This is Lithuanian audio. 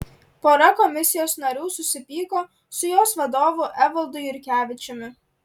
pora komisijos narių susipyko su jos vadovu evaldu jurkevičiumi